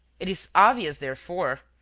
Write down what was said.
it is obvious, therefore,